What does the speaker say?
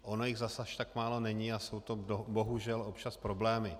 Ono jich zas až tak málo není a jsou to bohužel občas problémy.